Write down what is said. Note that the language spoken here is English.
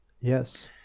yes